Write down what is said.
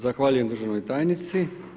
Zahvaljujem državnoj tajnici.